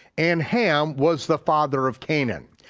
and ham was the father of canaan.